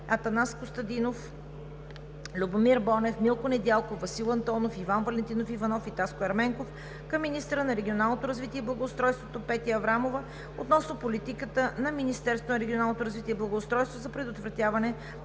Атанас Костадинов, Любомир Бонев, Милко Недялков, Васил Антонов, Иван Валентинов Иванов и Таско Ерменков към министъра на регионалното развитие и благоустройството Петя Аврамова относно политиката на Министерството на регионалното развитие и благоустройството за предотвратяване